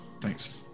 Thanks